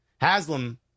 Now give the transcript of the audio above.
Haslam